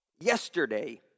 yesterday